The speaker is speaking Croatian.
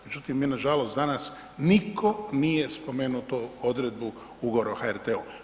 Međutim, mi nažalost danas nitko nije spomenuo tu odredbu ugovora o HRT-u.